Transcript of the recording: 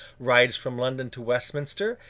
rides from london to westminster,